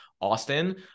Austin